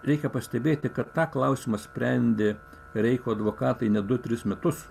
reikia pastebėti kad tą klausimą sprendė reicho advokatai net du tris metus